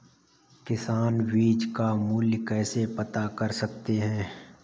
किसान बीज का मूल्य कैसे पता कर सकते हैं?